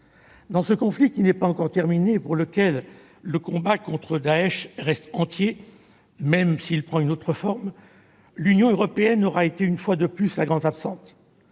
Dans ce conflit qui n'est pas encore terminé, et au sein duquel le combat contre Daech reste total, même s'il prend une forme nouvelle, l'Union européenne aura été, une fois de plus, la grande absente,